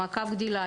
מעקב גדילה,